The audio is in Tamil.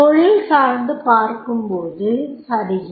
தொழில் சார்ந்து பார்க்கும்போது சரியே